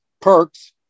perks